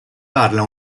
parla